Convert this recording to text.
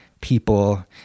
people